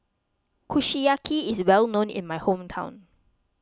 Kushiyaki is well known in my hometown